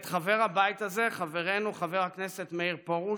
עת שחבר הבית הזה, חברנו חבר הכנסת מאיר פרוש,